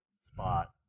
spot